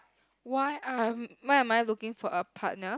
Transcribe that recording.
why I'm why am I looking for a partner